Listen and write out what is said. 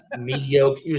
mediocre